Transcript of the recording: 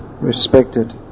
respected